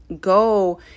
go